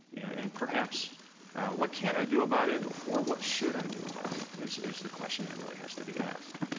and perhaps what can i do about it, or what should i do about it is is the question that really has to be asked.